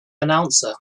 announcer